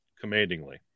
commandingly